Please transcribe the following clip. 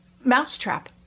Mousetrap